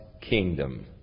kingdom